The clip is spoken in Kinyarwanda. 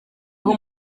aho